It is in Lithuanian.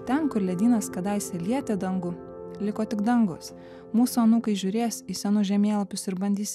ten kur ledynas kadaise lietė dangų liko tik dangus mūsų anūkai žiūrės į senus žemėlapius ir bandys